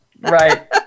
right